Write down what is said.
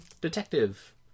detective